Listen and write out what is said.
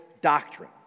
doctrine